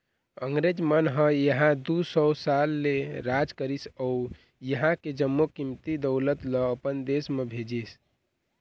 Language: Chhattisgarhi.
अंगरेज मन ह इहां दू सौ साल ले राज करिस अउ इहां के जम्मो कीमती दउलत ल अपन देश म भेजिस